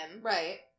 Right